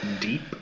Deep